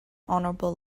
honorable